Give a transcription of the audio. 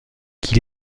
qu’il